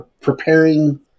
Preparing